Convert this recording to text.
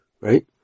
Right